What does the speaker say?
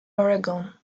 oregon